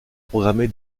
programmer